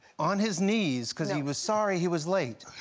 on his knees, because he was sorry he was late.